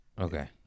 okay